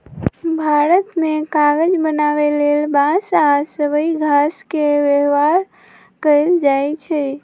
भारत मे कागज बनाबे लेल बांस आ सबइ घास के व्यवहार कएल जाइछइ